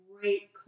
great